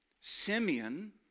Simeon